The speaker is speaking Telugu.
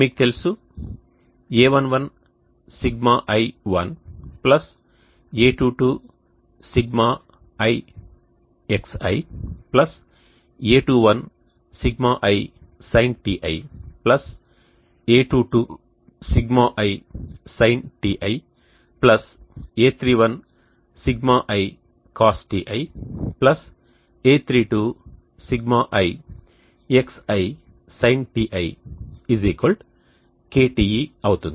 మీకు తెలుసు a11Σi1a12Σixia21Σisinτi a22 Σisinτi a31 Σicosτi a32 Σixisinτi KTe అవుతుంది